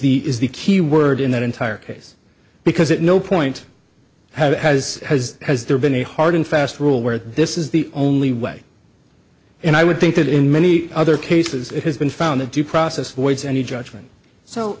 the is the key word in that entire case because it no point has has there been a hard and fast rule where this is the only way and i would think that in many other cases it has been found the due process waits any judgement so